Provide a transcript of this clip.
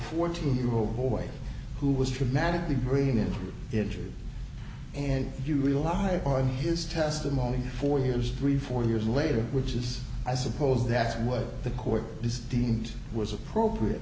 fourteen year old boy who was commanding the brain injury and you rely on his testimony four years three four years later which is i suppose that's what the court is deemed was appropriate